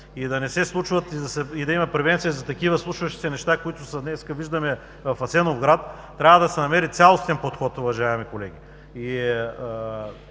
престъпност и да има превенция за такива случващи се неща, каквито днес виждаме в Асеновград, трябва да се намери цялостен подход, уважаеми колеги.